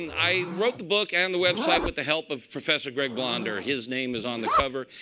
and i wrote the book and the website with the help of professor greg blonder. his name is on the cover.